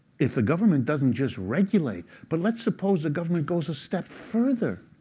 if the government doesn't just regulate, but let's suppose the government goes a step further,